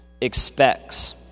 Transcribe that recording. expects